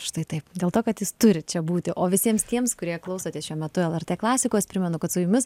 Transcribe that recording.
štai taip dėl to kad jis turi čia būti o visiems tiems kurie klausotės šiuo metu lrt klasikos primenu kad su jumis